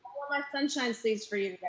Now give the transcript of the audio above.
well my sunshine stays for you